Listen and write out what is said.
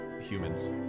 humans